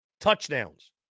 touchdowns